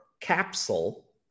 capsule